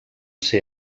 ser